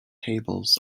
tables